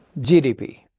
GDP